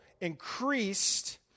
increased